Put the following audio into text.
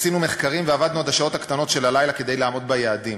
עשינו מחקרים ועבדנו עד השעות הקטנות של הלילה כדי לעמוד ביעדים.